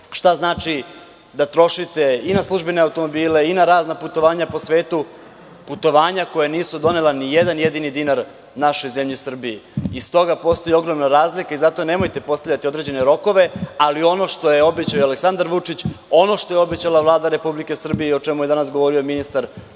šta znači da trošite na službene automobile i razna putovanja po svetu, putovanja koja nisu donela ni jedan jedini dinar našoj zemlji Srbiji.I stoga postoji ogromna razlika i zato nemojte postavljati određene rokove, ali ono što je obećao i Aleksandar Vučić, ono što je obećala Vlada Republike Srbije i o čemu je danas govorio ministar